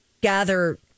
gather